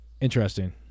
Interesting